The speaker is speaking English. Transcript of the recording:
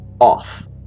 off